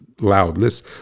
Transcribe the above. loudness